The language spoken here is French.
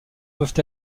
peuvent